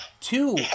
two